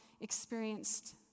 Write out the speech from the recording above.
experienced